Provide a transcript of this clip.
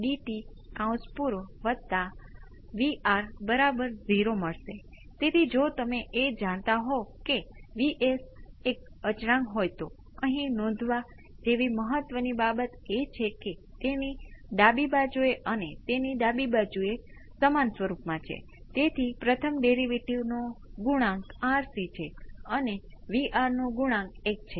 બીજી વસ્તુ જે તમે કરી શકો છો તે V p cos ω t 5 છે જે V p by 2 exponential j ω t 5 છે મારો મતલબ એ છે કે આખી વસ્તુ આની સાથે ગુણાકારમાં છે